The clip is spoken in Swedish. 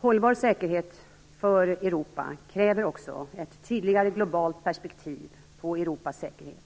Hållbar säkerhet för Europa kräver också ett tydligare globalt perspektiv på Europas säkerhet.